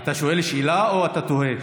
אתה שואל שאלה או אתה תוהה?